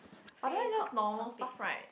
but that one is just normal stuff right